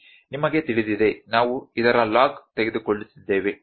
ನಿಮಗೆ ತಿಳಿದಿದೆ ನಾವು ಇದರ ಲಾಗ್ ತೆಗೆದುಕೊತ್ತಿದ್ದೇವೆ